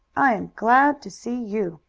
i am glad to see you.